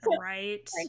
Right